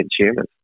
consumers